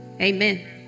amen